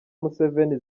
museveni